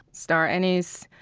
star anise,